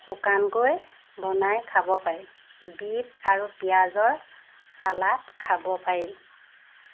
শুকানকৈ বনাই খাব পাৰি বিট আৰু পিঁয়াজৰ চালাদ খাব পাৰি